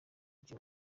ryo